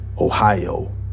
Ohio